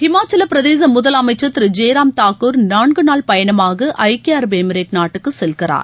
இமாச்சல பிரதேச முதலமைச்சர் திரு ஜெய்ராம் தாக்கூர் நான்குநாள் பயணமாக ஐக்கிய அரபு எமிரேட் நாட்டுக்கு செல்கிறார்